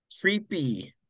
Creepy